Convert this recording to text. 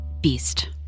beast